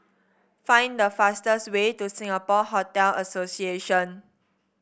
find the fastest way to Singapore Hotel Association